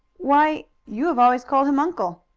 why, you have always called him uncle.